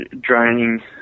draining